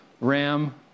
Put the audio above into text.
ram